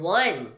one